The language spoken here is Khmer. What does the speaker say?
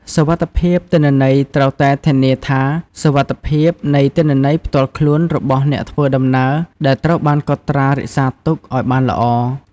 សុវត្ថិភាពទិន្នន័យត្រូវតែធានាថាសុវត្ថិភាពនៃទិន្នន័យផ្ទាល់ខ្លួនរបស់អ្នកធ្វើដំណើរដែលត្រូវបានកត់ត្រារក្សាទុកឲ្យបានល្អ។